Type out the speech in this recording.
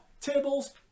tables